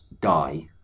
die